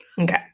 Okay